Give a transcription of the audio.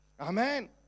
Amen